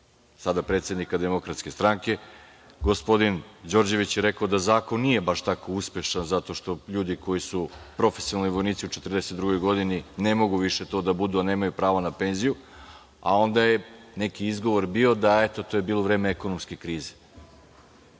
sada predsednika DS, gospodin Đorđević je rekao da zakon nije baš tako uspešan zato što ljudi koji su profesionalni vojnici u 42 godini ne mogu više to da budu, nemaju pravo na penziju, a onda je neki izgovor bio da je to bilo vreme ekonomske krize.